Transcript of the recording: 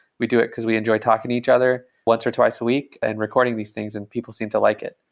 we do it because we enjoy talking to each other once or twice a week and recording these things and people seem to like it.